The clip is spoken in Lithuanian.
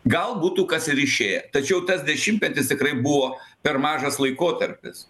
gal būtų kas ir išėję tačiau tas dešimtmetis tikrai buvo per mažas laikotarpis